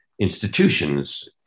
institutions